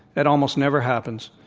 that almost never happens.